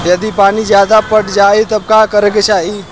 यदि पानी ज्यादा पट जायी तब का करे के चाही?